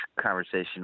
conversation